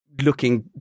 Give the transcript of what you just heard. looking